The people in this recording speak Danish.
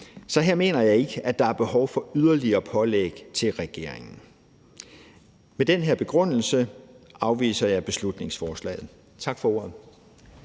Så her mener jeg ikke, at der er behov for yderligere pålæg til regeringen. Med den her begrundelse afviser jeg beslutningsforslaget. Tak for ordet.